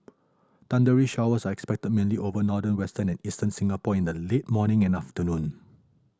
thundery showers are expected mainly over northern western and eastern Singapore in the late morning and afternoon